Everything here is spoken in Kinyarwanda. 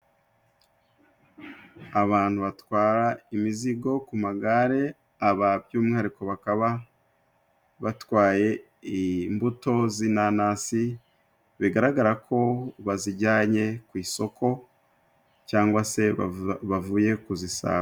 Abantu batwara imizigo ku magare, aba by'umwihariko bakaba batwaye imbuto z'inanasi, bigaragara ko bazijyanye ku isoko cyangwa se bavuye kuzisaga.